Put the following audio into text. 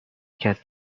کرد